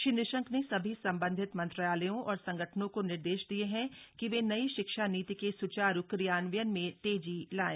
श्री निशंक ने सभी संबंधित मंत्रालयों और संगठनों को निर्देश दिए हैं कि वे नई शिक्षा नीति के स्चारू क्रियान्वयन में तेजी लाएं